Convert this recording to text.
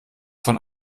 von